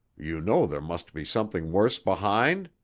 you know there must be something worse behind?